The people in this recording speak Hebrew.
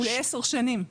זה לעשר שנים.